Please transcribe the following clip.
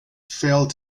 failed